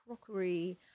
crockery